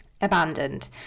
abandoned